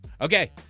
Okay